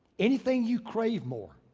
anything you crave more.